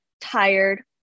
tired